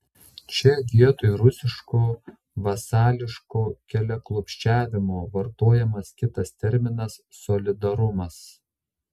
čia vietoj rusiško vasališko keliaklupsčiavimo vartojamas kitas terminas solidarumas